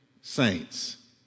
saints